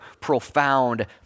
profound